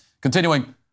Continuing